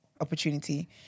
opportunity